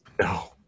No